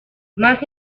más